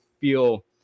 feel –